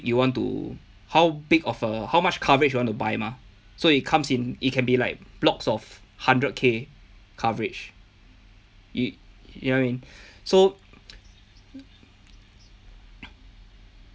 you want to how big of a how much coverage you want to buy mah so it comes in it can be like blocks of hundred K coverage you you get what I mean so